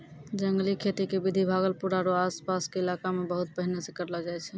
जंगली खेती के विधि भागलपुर आरो आस पास के इलाका मॅ बहुत पहिने सॅ करलो जाय छै